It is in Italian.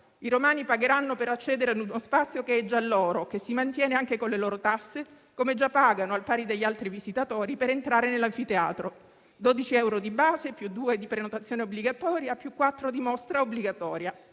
I romani pagheranno per accedere a uno spazio che è già loro, che si mantiene anche con le loro tasse e che già pagano, al pari degli altri visitatori, per entrare nell'anfiteatro: 12 euro di base più 2 di prenotazione obbligatoria più 4 di mostra obbligatoria.